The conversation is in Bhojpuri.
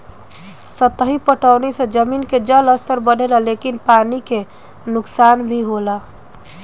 सतही पटौनी से जमीन के जलस्तर बढ़ेला लेकिन पानी के नुकसान भी होखेला